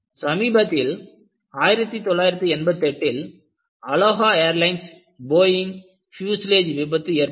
சமீபத்தில் 1988ல் Aloha airlines Boeing fuselage விபத்து ஏற்பட்டது